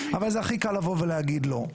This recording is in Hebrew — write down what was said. אבל זה הכי קל לבוא ולהגיד לא.